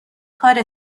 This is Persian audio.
کار